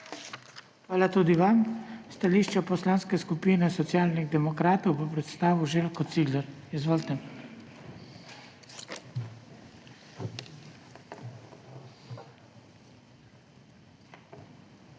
Hvala tudi vam. Stališče Poslanske skupine Socialnih demokratov bo predstavil Željko Cigler. Izvolite. ŽELJKO